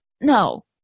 no